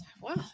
Wow